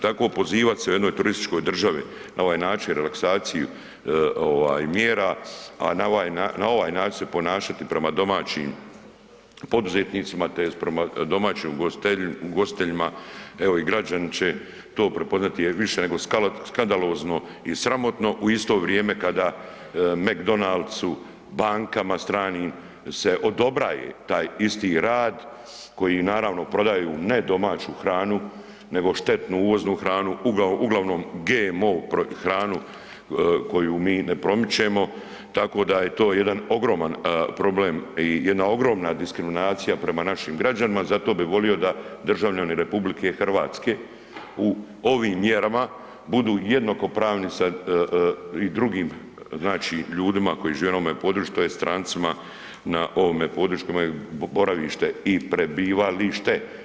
Tako, pozivat se u jednoj turističkoj državi na ovaj način, relaksaciju mjera, a na ovaj način se ponašati prema domaćim poduzetnicima, tj. domaćim ugostiteljima, evo i građani će to prepoznati više nego skandalozno i sramotno u isto vrijeme kada McDonald'su, bankama stranim se odobraje taj isti rad koji naravno prodaju nedomaću hranu, nego štetnu, uvoznu hranu, uglavnom GMO hranu koju mi ne promičemo, tako da je to jedan ogroman problem i jedna ogromna diskriminacija prema našim građanima, zato bi volio da državljani RH u ovim mjerama budu jednakopravni sa drugim znači ljudima koji žive na ovome području, tj. strancima na ovome području koji imaju boravište i prebivalište.